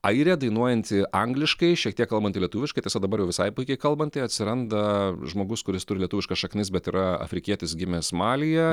airė dainuojanti angliškai šiek tiek kalbanti lietuviškai tiesa dabar jau visai puikiai kalbanti atsiranda žmogus kuris turi lietuviškas šaknis bet yra afrikietis gimęs malyje